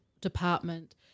department